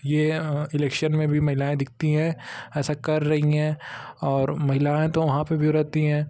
ये एलेक्शन में भी महिलाएँ दिखती हैं ऐसा कर रही हैं और महिलाएँ तो वहाँ पर भी रहती हैं